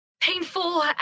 painful